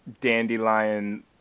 dandelion